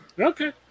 Okay